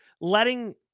letting